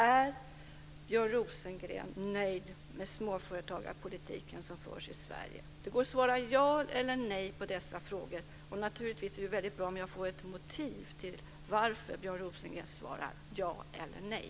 Är Björn Rosengren nöjd med den småföretagarpolitik som förs i Sverige? Det går att svara ja eller nej på dessa frågor. Naturligtvis är det väldigt bra om jag får en motivation till varför Björn Rosengren svarar ja eller nej.